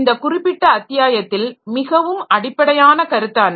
இந்த குறிப்பிட்ட அத்தியாயத்தில் மிகவும் அடிப்படையான கருத்தான